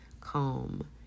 calm